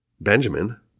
Benjamin